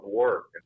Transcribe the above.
work